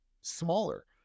smaller